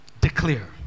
declare